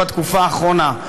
בתקופה האחרונה,